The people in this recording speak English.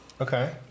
Okay